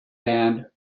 band